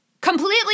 completely